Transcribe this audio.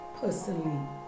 personally